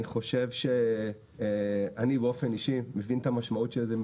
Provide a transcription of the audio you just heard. חושב שאני באופן אישי מבין את המשמעות של זה,